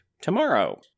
tomorrow